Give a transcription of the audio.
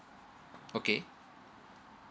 okay